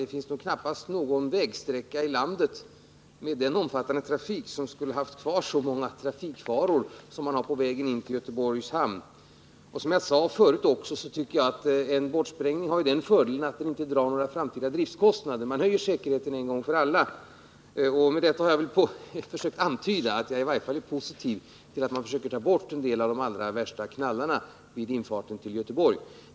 Det finns knappast någon vägsträcka i landet med en så omfattande trafik där man skulle ha haft kvar så många trafikfaror som det finns på vägen in till Göteborgs hamn. Som jag sade förut tycker jag att en bortsprängning har den fördelen att den inte drar några framtida driftkostnader — man höjer säkerheten en gång för alla. Med detta har jag velat antyda att jag i varje fall är positiv till att man försöker ta bort de allra värsta knallarna vid infarten till Göteborg.